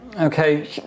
Okay